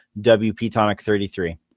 WPtonic33